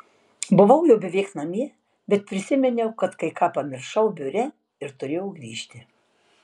buvau jau beveik namie bet prisiminiau kad kai ką pamiršau biure ir turėjau grįžti